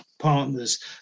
Partners